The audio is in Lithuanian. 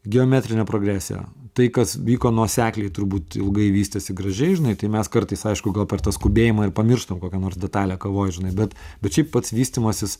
geometrinė progresija tai kas vyko nuosekliai turbūt ilgai vystėsi gražiai žinai tai mes kartais aišku gal per tą skubėjimą ir pamirštam kokią nors detalę kavoj žinai bet bet šiaip pats vystymasis